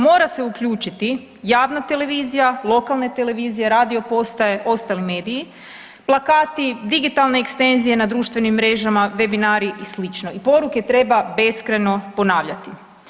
Mora se uključiti javna televizija, lokalne televizije, radio postaje, ostali mediji, plakati, digitalne ekstenzije na društvenim mrežama, vebinari i slično i poruke treba beskrajno ponavljati.